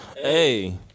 Hey